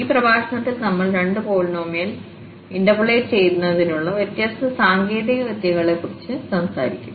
ഈ പ്രഭാഷണത്തിൽ നമ്മൾ രണ്ട് പോളിനോമിയൽ ഇന്റർപോളേറ്റ് ചെയ്യുന്നതിനുള്ള വ്യത്യസ്ത സാങ്കേതിക വിദ്യകളെക്കുറിച്ച് സംസാരിക്കും